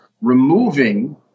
removing